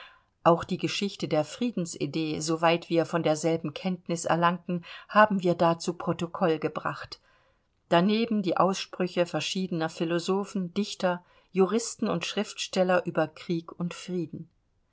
auch die geschichte der friedensidee soweit wir von derselben kenntnis erlangten haben wir da zu protokoll gebracht daneben die aussprüche verschiedener philosophen dichter juristen und schriftsteller über krieg und frieden